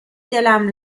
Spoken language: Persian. دلم